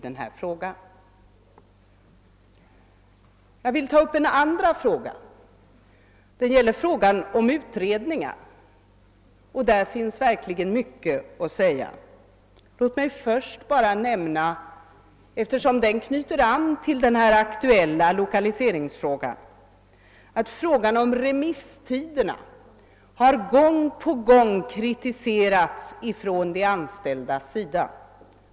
Den andra saken jag vill ta upp gäller de utredningar som bedrivs. Där finns verkligen mycket att säga. Eftersom det anknyter till den aktuella lokaliseringsfrågan vill jag först bara nämna att de anställda gång på gång har kritiserat remisstiderna.